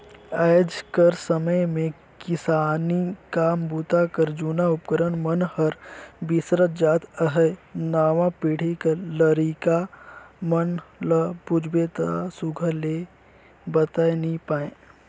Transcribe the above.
आएज कर समे मे किसानी काम बूता कर जूना उपकरन मन हर बिसरत जात अहे नावा पीढ़ी कर लरिका मन ल पूछबे ता सुग्घर ले बताए नी पाए